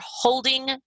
holding